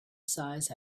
size